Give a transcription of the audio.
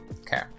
Okay